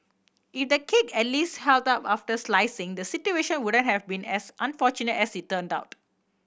if the cake at least held up after slicing the situation wouldn't have been as unfortunate as it turned out